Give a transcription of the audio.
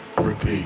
Repeat